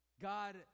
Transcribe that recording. God